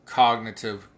cognitive